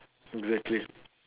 exactly